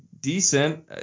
decent